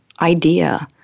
idea